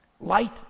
light